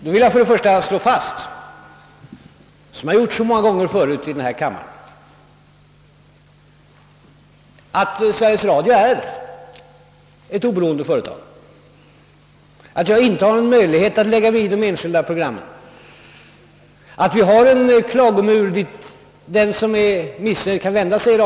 Nu vill jag först och främst slå fast, som jag har gjort så många gånger förut i denna kammare, att Sveriges Radio är ett oberoende företag och att jag inte har någon möjlighet att lägga mig i de enskilda programmen. Radionämnden är den klagomur dit den som är missnöjd kan vända sig.